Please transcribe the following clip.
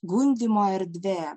gundymo erdvė